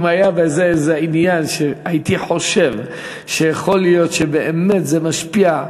אם היה בזה איזה עניין שהייתי חושב שיכול להיות שבאמת זה משפיע,